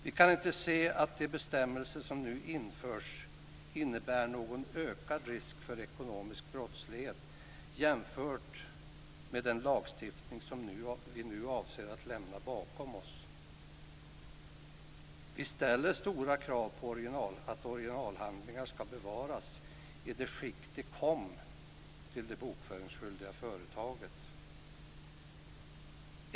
Vi kan inte se att de bestämmelser som nu införs innebär någon ökad risk för ekonomisk brottslighet jämfört med den lagstiftning som vi nu avser att lämna bakom oss. Vi ställer stora krav på att originalhandlingar ska bevaras i det skick som de kom till det bokföringsskyldiga företaget.